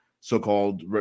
so-called